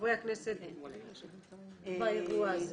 לחברי הכנסת באירוע הזה.